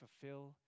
fulfill